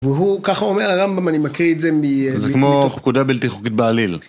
והוא, ככה אומר הרמב״ם, אני מקריא את זה מ... זה כמו פקודה בלתי חוקית בעליל.